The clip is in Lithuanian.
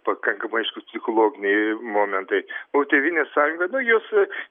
pakankamai aiškūs psichologiniai momentai o tėvynės sąjunga nu juos